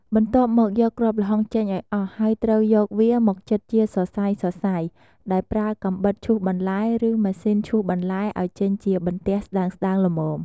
បន្ទាប់មក យកគ្រាប់ល្ហុងចេញឱ្យអស់ ហើយត្រូវយកវាមកចិតជាសរសៃៗ ដោយប្រើកាំបិតឈូសបន្លែ ឬម៉ាស៊ីនឈូសបន្លែ ឱ្យចេញជាបន្ទះស្ដើងៗល្មម។